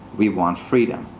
we want freedom.